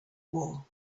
war